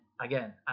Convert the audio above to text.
again